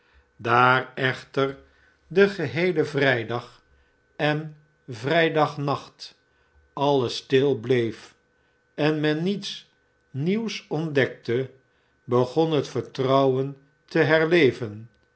daar echter den geheelen vrijdag en vrijdagnacht alles stil bleef en men niets nieuws ontdekte begon het vertrouwen te herleven